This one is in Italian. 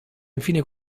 infine